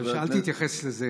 אני חושב, אל תתייחס לזה.